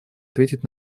ответить